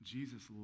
Jesus